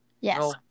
Yes